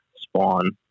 spawn